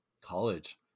college